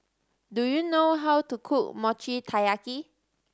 do you know how to cook Mochi Taiyaki